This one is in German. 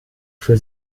für